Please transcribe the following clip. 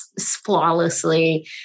flawlessly